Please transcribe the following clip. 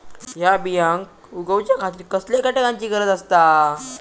हया बियांक उगौच्या खातिर कसल्या घटकांची गरज आसता?